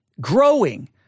growing